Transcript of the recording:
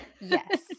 Yes